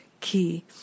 key